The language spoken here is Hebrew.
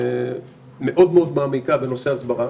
אנחנו עושים הסברה